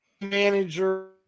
manager